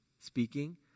speaking